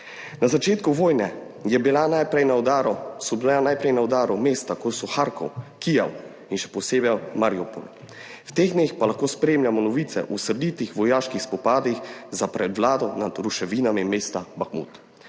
na udaru, so bila najprej na udaru mesta kot so Harkov, Kijev in še posebej Mariupolj, v teh dneh pa lahko spremljamo novice o srditih vojaških spopadih za prevlado nad ruševinami mesta Bahmut.